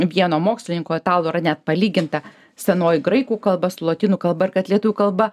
vieno mokslininko italo yra net palyginta senoji graikų kalba su lotynų kalba ir kad lietuvių kalba